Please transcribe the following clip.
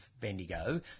Bendigo